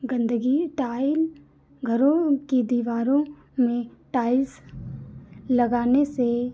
गंदगी टाइल घरों की दीवारों में टाइल्स लगाने से